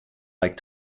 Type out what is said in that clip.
like